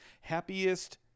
happiest